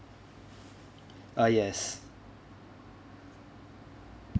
ah yes